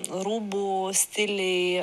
rūbų stiliai